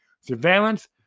surveillance